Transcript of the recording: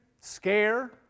scare